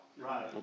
Right